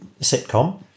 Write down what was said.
sitcom